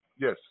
Yes